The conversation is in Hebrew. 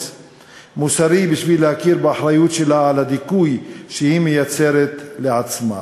מוסרי בשביל להכיר באחריות שלה לדיכוי שהיא מייצרת לעצמה.